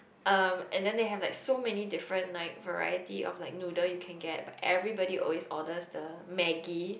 um and then they have like so many different like variety of like noodle you can get but everybody always orders the maggie